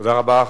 תודה רבה.